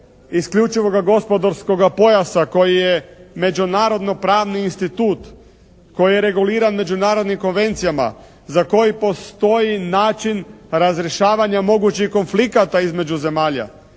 isključivo gospodarskoga pojasa koji je međunarodno pravni institut, koji je reguliran međunarodnim konvencijama, za koji postoji način razrješavanja mogućih konflikata između zemalja.